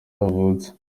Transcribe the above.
yavutse